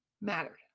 mattered